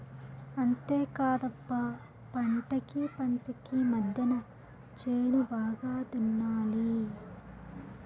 అంతేకాదప్ప పంటకీ పంటకీ మద్దెన చేను బాగా దున్నాలి